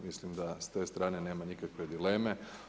Mislim da s te strane nema nikakve dileme.